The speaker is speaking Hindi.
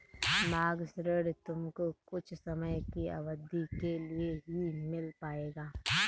मांग ऋण तुमको कुछ समय की अवधी के लिए ही मिल पाएगा